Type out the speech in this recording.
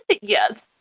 yes